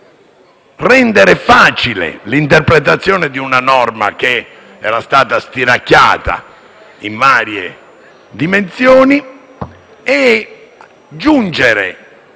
rendere facile l'interpretazione di una norma, che era stata stiracchiata in varie direzioni, e giungere